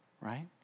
right